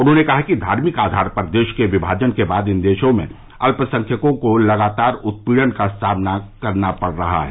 उन्होंने कहा कि धार्मिक आधार पर देश के विभाजन के बाद इन देशों में अल्पसंख्यकों को लगातार उत्पीड़न का सामना करना पड़ रहा है